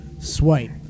swipe